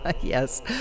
Yes